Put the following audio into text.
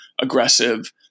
aggressive